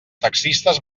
taxistes